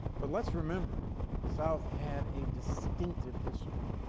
but let's remember the south had a distinctive history.